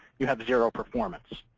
you have zero performance.